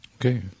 Okay